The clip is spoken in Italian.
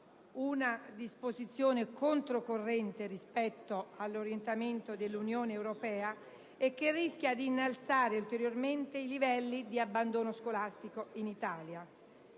Una disposizione controcorrente rispetto all'orientamento dell'Unione europea e che rischia di innalzare ulteriormente i livelli di abbandono scolastico in Italia.